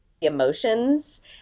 emotions